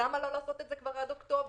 למה לא לעשות את זה כבר עד אוקטובר?